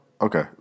Okay